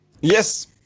yes